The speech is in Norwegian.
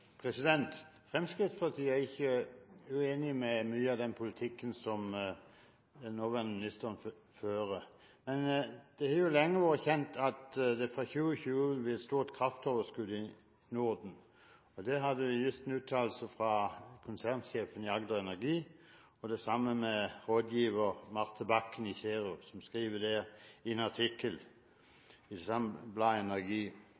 år. Fremskrittspartiet er ikke uenig i så mye av den politikken den nåværende ministeren fører. Men det har lenge vært kjent at det fra 2020 vil være et kraftoverskudd i Norden. Det hadde vi akkurat en uttalelse om fra konsernsjefen i Agder Energi, og det samme fra rådgiver Marte Bakken i Zero, som skriver i en